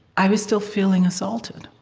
i was still feeling assaulted